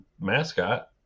mascot